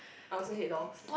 I also hate dolls